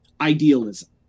idealism